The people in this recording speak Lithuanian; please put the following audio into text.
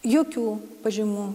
jokių pažymų